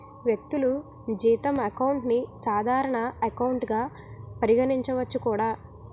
వ్యక్తులు జీతం అకౌంట్ ని సాధారణ ఎకౌంట్ గా పరిగణించవచ్చు కూడా